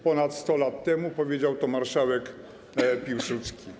Ponad 100 lat temu powiedział to marszałek Piłsudski.